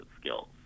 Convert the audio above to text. skills